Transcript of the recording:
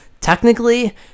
technically